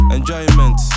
Enjoyment